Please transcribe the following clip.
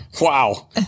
Wow